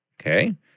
okay